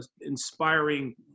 inspiring